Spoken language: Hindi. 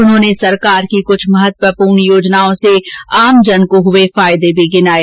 उन्होंने सरकार की कुछ महत्वपूर्ण योजनाओं से आमजनों को हुए फायदे भी गिनाये